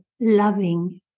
loving